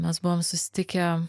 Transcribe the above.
mes buvom susitikę